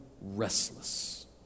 restless